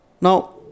Now